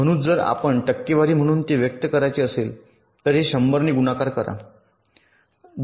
म्हणून जर आपण टक्केवारी म्हणून ते व्यक्त करायचे असेल तर हे 100 ने गुणाकार करा